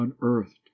unearthed